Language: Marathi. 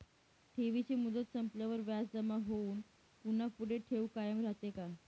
ठेवीची मुदत संपल्यावर व्याज जमा होऊन पुन्हा पुढे ठेव कायम राहते का?